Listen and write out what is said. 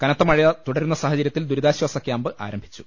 കനത്ത മഴ തുടരുന്ന സാഹചര്യത്തിൽ ദുരിതാശ്വാസ ക്യാമ്പ് ആരംഭിച്ചു